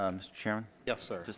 um chair? yes sir.